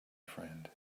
friend